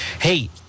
Hey